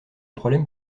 problème